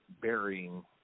burying